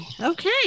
Okay